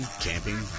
camping